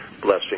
blessing